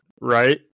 right